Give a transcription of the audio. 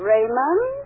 Raymond